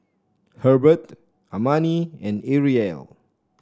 Hebert Amani and Arielle